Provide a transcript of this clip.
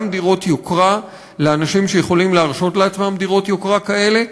גם דירות יוקרה לאנשים שיכולים להרשות לעצמם דירות יוקרה כאלה,